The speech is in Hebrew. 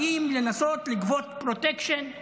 באים לנסות לגבות פרוטקשן.